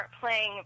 playing